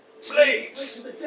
Slaves